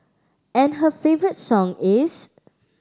and her favourite song is